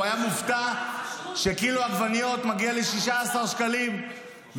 הוא היה מופתע שקילו עגבניות מגיע ל-16 שקלים,